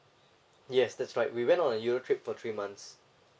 yes that's right we went on euro trip for three months